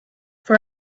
for